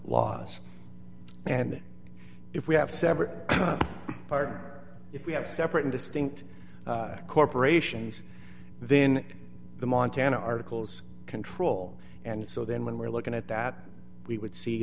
laws and if we have several part if we have separate and distinct corporations then the montana articles control and so then when we're looking at that we would see